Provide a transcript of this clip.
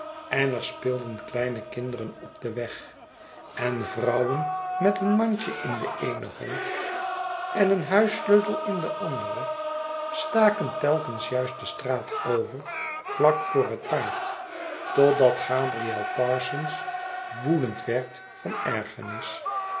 en er speelden kleine kinderen op den weg en vrouwen met een mandje in de eene hand en een huissleutel in de andere staken telkens juist de straat over vlak voor het paard totdat gabriel parsons woedend werd van ergerriis